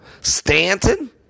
Stanton